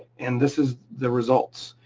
and this is the results,